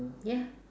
ya